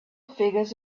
figures